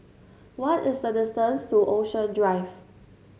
what is the distance to Ocean Drive